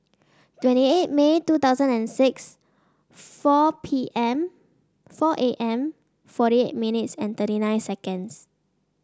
twenty eight May two thousand and six four P M four A M forty eight thirty nine